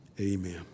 Amen